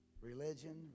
Religion